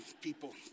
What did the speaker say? people